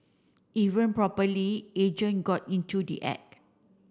even properly agent got into the act